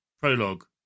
prologue